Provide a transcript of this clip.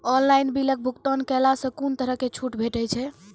Online बिलक भुगतान केलासॅ कुनू तरहक छूट भेटै छै?